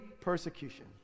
persecution